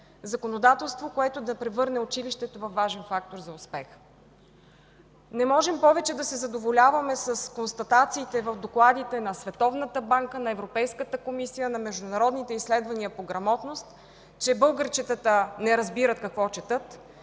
законодателство, което да превърне училището във важен фактор за успех. Не можем повече да се задоволяваме с констатациите в докладите на Световната банка, на Европейската комисия, на международните изследвания по грамотност, че българчетата не разбират какво четат,